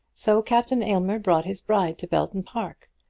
so captain aylmer brought his bride to belton park,